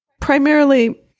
primarily